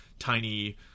tiny